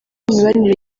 imibanire